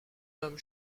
nomme